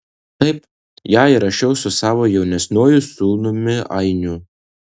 taip ją įrašiau su savo jaunesniuoju sūnumi ainiu